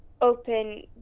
open